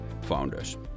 founders